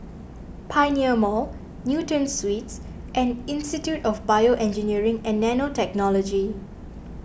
Pioneer Mall Newton Suites and Institute of BioEngineering and Nanotechnology